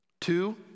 Two